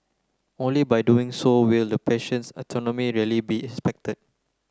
only by doing so will the patient's autonomy really be respected